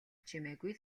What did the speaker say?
чимээгүй